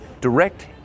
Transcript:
direct